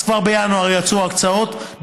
אז כבר בינואר יצאו הקצאות,